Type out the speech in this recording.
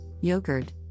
yogurt